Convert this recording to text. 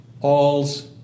all's